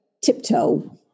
tiptoe